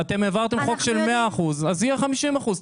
אתם העברתם חוק של 100 אחוזים, אז יהיו 50 אחוזים.